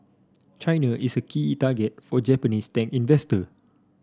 China is a key target for Japanese tech investor